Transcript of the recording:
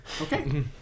Okay